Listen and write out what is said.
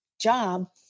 job